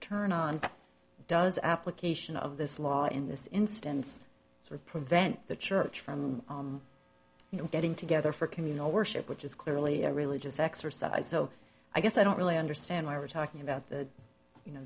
turn on does application of this law in this instance sort of prevent the church from you know getting together for communal worship which is clearly a religious exercise so i guess i don't really understand why we're talking about the you know